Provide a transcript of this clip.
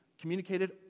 communicated